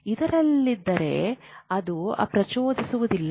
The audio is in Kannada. ಇಲ್ಲದಿದ್ದರೆ ಅದು ಪ್ರಚೋದಿಸುವುದಿಲ್ಲ